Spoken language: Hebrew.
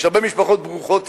יש הרבה משפחות ברוכות ילדים,